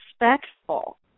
respectful